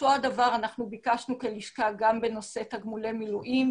אותו דבר אנחנו ביקשנו כלשכה גם בנושא תגמולי מילואים.